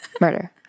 murder